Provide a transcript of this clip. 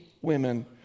women